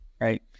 right